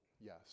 Yes